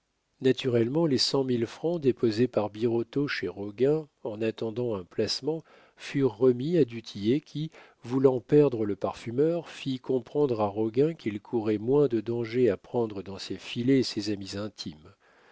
naturellement les cent mille francs déposés par birotteau chez roguin en attendant un placement furent remis à du tillet qui voulant perdre le parfumeur fit comprendre à roguin qu'il courait moins de dangers à prendre dans ses filets ses amis intimes